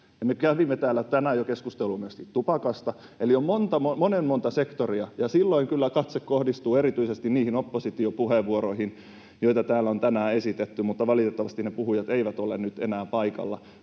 Me kävimme täällä tänään jo keskustelua myöskin tupakasta, eli on monen monta sektoria, ja silloin kyllä katse kohdistuu erityisesti niihin oppositiopuheenvuoroihin, joita täällä on tänään esitetty, mutta valitettavasti ne puhujat eivät ole nyt enää paikalla.